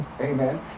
Amen